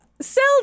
Sell